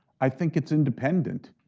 i think it's independent.